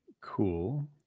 Cool